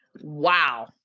Wow